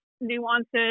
nuances